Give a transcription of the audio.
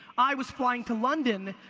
i was flying to london,